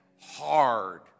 hard